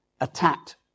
attacked